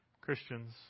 Christians